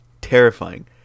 terrifying